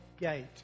Gate